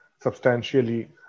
substantially